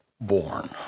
born